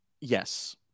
yes